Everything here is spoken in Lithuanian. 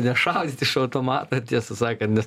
ne šaudyti iš automato tiesą sakant nes